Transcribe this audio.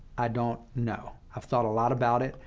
i don't know. i've thought a lot about it,